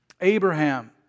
Abraham